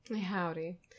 Howdy